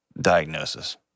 diagnosis